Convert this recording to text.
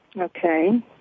Okay